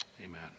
amen